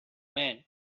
man